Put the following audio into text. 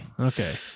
Okay